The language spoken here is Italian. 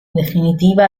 definitiva